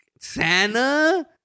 Santa